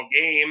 game